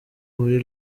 muri